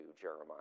Jeremiah